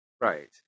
right